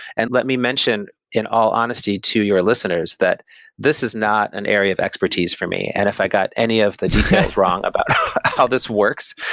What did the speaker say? and let me mention in all honesty to your listeners, that this is not an area of expertise for me. and if i got any of the details wrong about how this works,